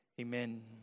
Amen